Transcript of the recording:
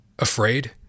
Afraid